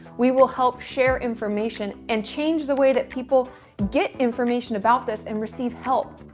we will help share information and change the way that people get information about this and receive help.